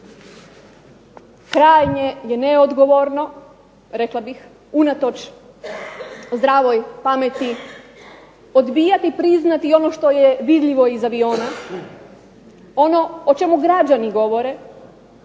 Krajnje je neodgovorno rekla bih unatoč zdravoj pameti odbijati priznati ono što je vidljivo iz aviona, ono o čemu građani govore,